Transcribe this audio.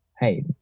Hey